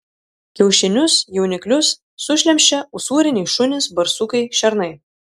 kiaušinius jauniklius sušlemščia usūriniai šunys barsukai šernai